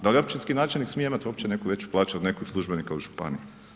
Da li općinski načelnik smije imat uopće neku veći plaću od nekog službenika u županiji?